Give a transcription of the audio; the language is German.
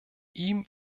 ihm